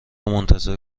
منتظر